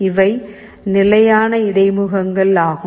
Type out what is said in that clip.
இவை நிலையான இடைமுகங்கள் ஆகும்